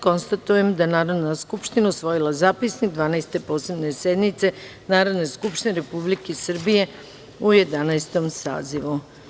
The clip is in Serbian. Konstatujem da je Narodna skupština usvojila Zapisnik Dvanaeste posebne sednice Narodne skupštine Republike Srbije u Jedanaestom sazivu.